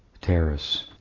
terrace